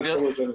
אפשרי.